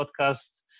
podcast